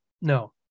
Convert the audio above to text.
No